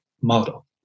model